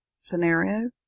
scenario